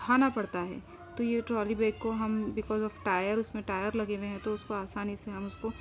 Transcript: اٹھانا پڑتا ہے تو یہ ٹرالی بیگ کو ہم بیکاز آف ٹائر اس میں ٹائر لگے ہوئے ہیں تو اس کو آسانی سے ہم اس کو